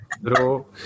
Bro